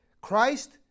Christ